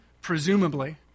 presumably